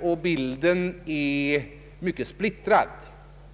och bilden är mycket splittrad.